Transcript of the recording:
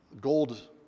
gold